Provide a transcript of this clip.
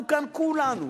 וכשאתה מתחיל לדבר,